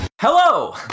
Hello